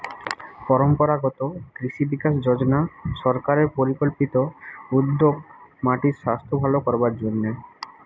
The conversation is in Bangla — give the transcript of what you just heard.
পরম্পরাগত কৃষি বিকাশ যজনা সরকারের পরিকল্পিত উদ্যোগ মাটির সাস্থ ভালো করবার জন্যে